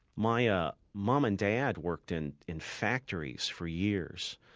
my ah mom and dad worked in in factories for years.